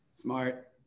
Smart